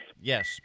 Yes